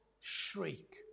shriek